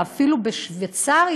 אפילו בשווייץ,